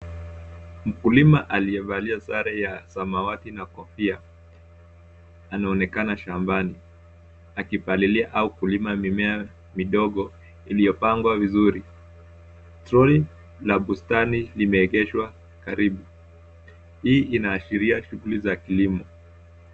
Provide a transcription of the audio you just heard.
Mkulima aliyevalia sare ya samawati na kofia anaonekana shambani akipalilia au kulima mimea midogo iliyopangwa vizuri. Troli la bustani limeegeshwa karibu. Hii inaashiria shughuli za kilimo.